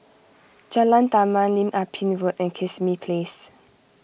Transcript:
Jalan Taman Lim Ah Pin Road and Kismis Place